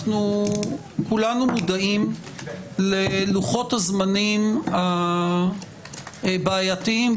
כולנו מודעים ללוחות הזמנים הבעייתיים,